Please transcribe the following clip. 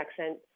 accent